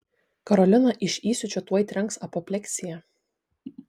karoliną iš įsiūčio tuoj trenks apopleksija